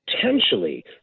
potentially